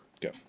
go